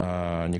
אתה